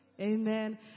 Amen